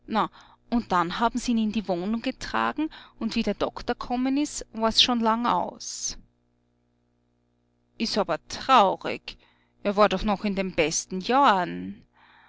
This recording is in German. und dann haben s ihn in die wohnung getragen und wie der doktor gekommen ist war's schon lang aus ist aber traurig er war doch noch in den besten jahren